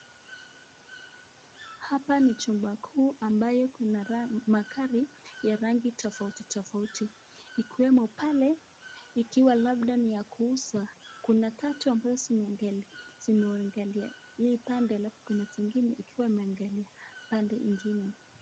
Hapa ni chumba kuu ambayo kuna magari, ya rangi tofauti tofauti ikiwemo pale ikiwa labda ni ya kuuza, kuna tatu ambayo zimeangalia hii pande alafu kuna zingine ikiwa imeangalia pande hiyo ingine.